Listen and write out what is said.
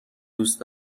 دوست